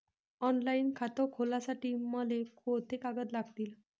Online खातं खोलासाठी मले कोंते कागद लागतील?